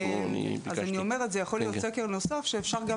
אז אני אומרת זה יכול להיות סקר נוסף שאפשר גם